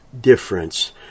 difference